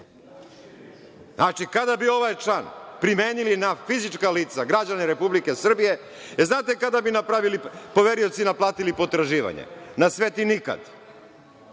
Znači, kada bi ovaj član primenili na fizička lica, građane Republike Srbije, znate kada bi poverioci naplatili potraživanje? Na sveti nikad. Sad